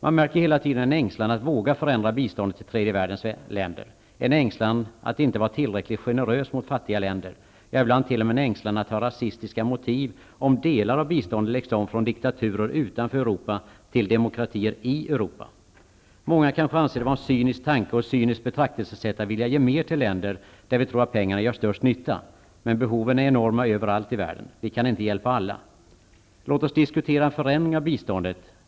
Man märker hela tiden en ängslan inför att våga förändra biståndet till tredje världens länder, en ängslan att inte vara tillräckligt generös mot fattiga länder, ja ibland t.o.m. en ängslan att ha rasistiska motiv ifall delar av biståndet läggs om från diktaturer utanför Europa till demokratier i Europa. Många kanske anser det vara en cynisk tanke och ett cyniskt betraktelsesätt att vilja ge mer till länder där vi tror att pengarna gör störst nytta. Men behoven är enorma överallt i världen. Vi kan inte hjälpa alla. Låt oss diskutera en förändring av biståndet.